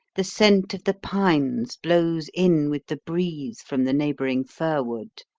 the scent of the pines blows in with the breeze from the neighbouring firwood.